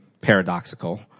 paradoxical